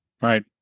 Right